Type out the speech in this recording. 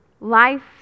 Life